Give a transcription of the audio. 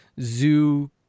zoo